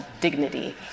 dignity